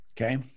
okay